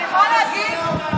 אתה רק שונא אותנו.